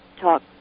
talk